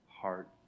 heart